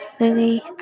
Lily